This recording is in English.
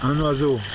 um measure